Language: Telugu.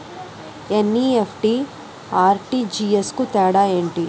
ఎన్.ఈ.ఎఫ్.టి, ఆర్.టి.జి.ఎస్ కు తేడా ఏంటి?